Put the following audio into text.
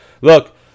Look